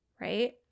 right